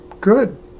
good